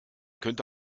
könnte